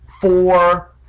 four